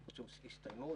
השיפוצים הסתיימו.